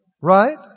right